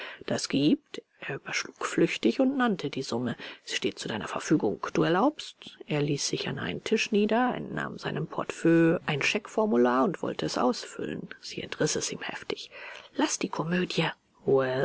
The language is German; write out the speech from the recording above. das gibt er überschlug flüchtig und nannte die summe sie steht zu deiner verfügung du erlaubst er ließ sich an einem tisch nieder entnahm seinem portefeuille ein scheckformular und wollte es ausfüllen sie entriß es ihm heftig laß die komödie